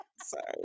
Sorry